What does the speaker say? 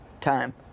time